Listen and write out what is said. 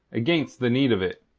against the need of it.